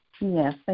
Yes